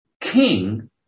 king